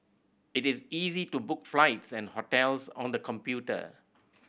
it is easy to book flights and hotels on the computer